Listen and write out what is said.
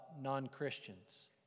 non-Christians